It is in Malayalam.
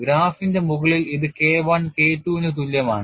ഗ്രാഫിന്റെ മുകളിൽ ഇത് K I K II ന് തുല്യമാണ്